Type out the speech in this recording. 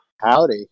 Howdy